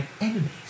enemies